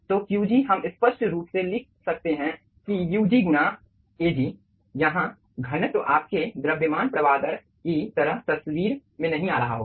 तो Qg हम स्पष्ट रूप से लिख सकते हैं कि ug गुणा Ag यहाँ घनत्व आपके द्रव्यमान प्रवाह दर की तरह तस्वीर में नहीं आ रहा होगा